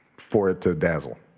for it to dazzle,